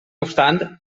obstant